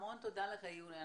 המון תודה לך יורי.